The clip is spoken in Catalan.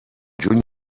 juny